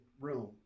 room